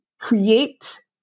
create